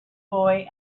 boy